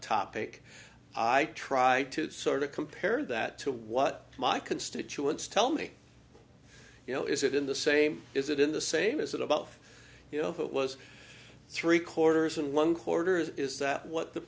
topic i try to sort of compare that to what my constituents tell me you know is it in the same is it in the same is it about you know if it was three quarters in one quarters is that what the